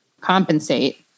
compensate